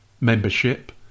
membership